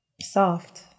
soft